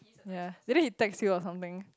yea later he text you or something